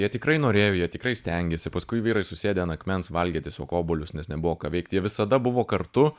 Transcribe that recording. jie tikrai norėjo jie tikrai stengėsi paskui vyrai susėdę an akmens valgė tiesiog obuolius nes nebuvo ką veikt jie visada buvo kartu